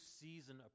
season